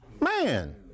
man